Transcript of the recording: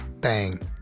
bang